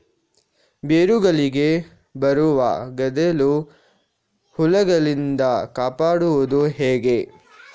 ಬೇರುಗಳಿಗೆ ಬರುವ ಗೆದ್ದಲು ಹುಳಗಳಿಂದ ಕಾಪಾಡುವುದು ಹೇಗೆ?